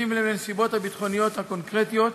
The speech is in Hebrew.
ובשים לב לנסיבות הביטחוניות הקונקרטיות,